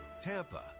TAMPA